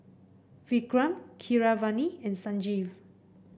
Vikram Keeravani and Sanjeev